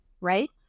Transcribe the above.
right